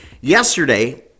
Yesterday